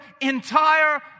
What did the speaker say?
entire